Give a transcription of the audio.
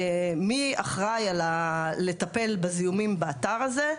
מי אחראי לטפל בזיהומים באתר הזה.